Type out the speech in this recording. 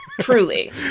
Truly